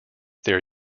there